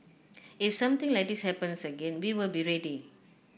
if something like this happens again we will be ready